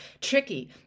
tricky